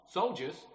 Soldiers